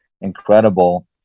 incredible